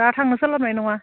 दा थांनो सोलाबनाय नङा